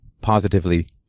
positively